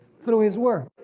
through his word.